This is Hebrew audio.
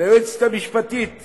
ליועצת המשפטית